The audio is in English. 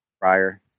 prior